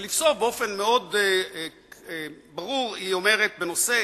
ולבסוף, באופן ברור היא אומרת: בנושא